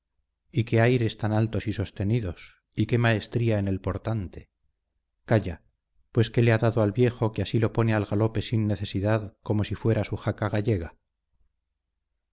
y qué aires tan altos y sostenidos y qué maestría en el portante calla pues qué le ha dado al viejo que así lo pone al galope sin necesidad como si fuera su jaca gallega